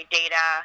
data